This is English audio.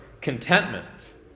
contentment